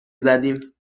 زدیم